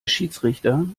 schiedsrichter